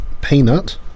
peanut